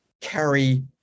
carry